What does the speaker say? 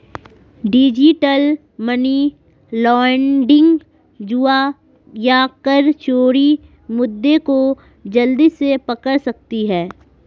digital money laundering, जुआ या कर चोरी मुद्दे को जल्दी से पकड़ सकती है